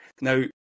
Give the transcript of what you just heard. Now